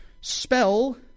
spell